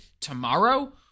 tomorrow